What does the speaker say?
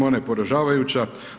Ona je poražavajuća.